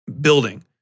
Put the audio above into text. building